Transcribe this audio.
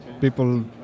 people